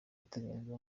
ateganyijwe